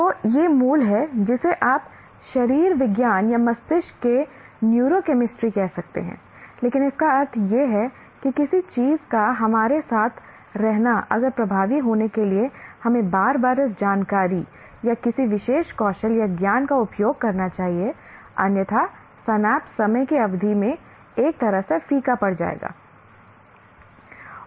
तो यह मूल है जिसे आप शरीर विज्ञान या मस्तिष्क के न्यूरोकैमिस्ट्री कह सकते हैं लेकिन इसका अर्थ यह है कि किसी चीज का हमारे साथ रहना अगर प्रभावी होने के लिए हमें बार बार इस जानकारी या किसी विशेष कौशल या ज्ञान का उपयोग करना चाहिए अन्यथा सिनेप्स समय की अवधि में एक तरह से फीका पड़ जाएंगे